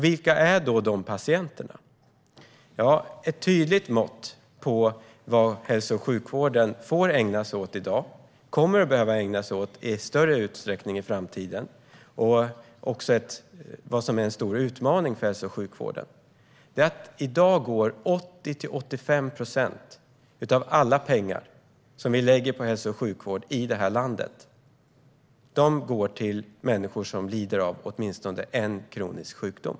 Vilka är då dessa patienter? Ett tydligt mått på vad hälso och sjukvården i större utsträckning kommer att behöva ägna sig åt i framtiden och det som är den stora utmaningen för hälso och sjukvården är att i dag går 80-85 procent av alla pengar som vi satsar på hälso och sjukvård i det här landet till människor som lider av åtminstone en kronisk sjukdom.